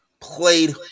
played